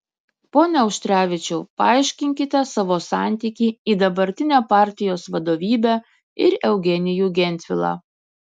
pone auštrevičiau paaiškinkite savo santykį į dabartinę partijos vadovybę ir eugenijų gentvilą